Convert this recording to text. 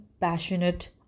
passionate